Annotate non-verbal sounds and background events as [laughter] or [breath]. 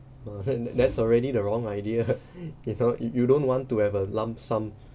uh that's already the wrong idea [breath] you know you you don't want to have a lump sum